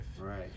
Right